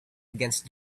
against